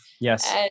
Yes